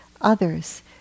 others